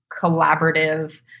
collaborative